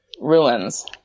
ruins